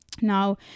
Now